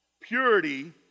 Purity